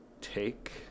take